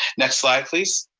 next slide, please.